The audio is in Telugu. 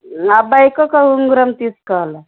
అబ్బాయికి ఒక ఉంగరము తీసుకోవాల